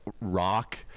rock